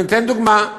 אני אתן דוגמה,